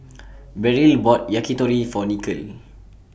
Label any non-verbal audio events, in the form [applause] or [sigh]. [noise] Beryl bought Yakitori For Nikole